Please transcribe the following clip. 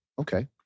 Okay